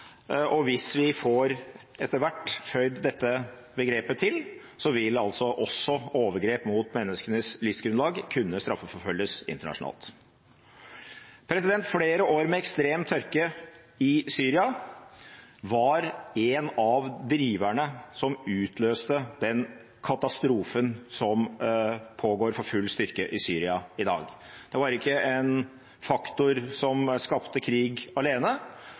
Hvis man etter hvert får føyd dette begrepet til, vil også overgrep mot menneskenes livsgrunnlag kunne straffeforfølges internasjonalt. Flere år med ekstrem tørke i Syria var en av driverne som utløste den katastrofen som pågår for full styrke i Syria i dag. Det var ikke én faktor som skapte krig alene,